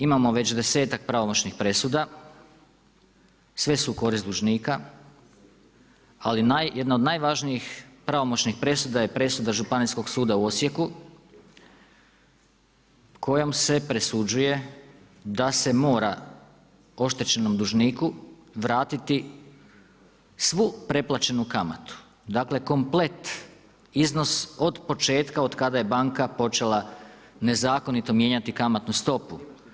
Imamo već desetak pravomoćnih presuda, sve su u korist dužnika, ali jedna od najvažnijih presuda je presuda Županijskog suda u Osijeku kojom se presuđuje da se mora oštećenom dužniku vratiti svu preplaćenu kamatu, dakle komplet iznos od početka od kada je banka počela nezakonito mijenjati kamatnu stopu.